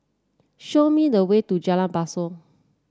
show me the way to Jalan Basong